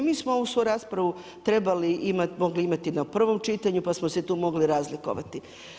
Mi smo ovu svoju raspravu trebali mogli imati na prvom čitanju, pa smo se tu mogli razlikovati.